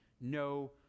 no